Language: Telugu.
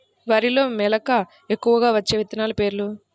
వరిలో మెలక ఎక్కువగా వచ్చే విత్తనాలు పేర్లు?